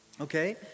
Okay